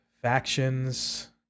factions